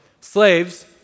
Slaves